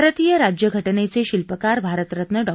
भारतीय राज्यघटनेचे शिल्पकार भारतरत्न डॉ